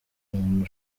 muntu